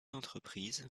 entreprises